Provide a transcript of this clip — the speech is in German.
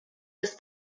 das